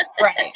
right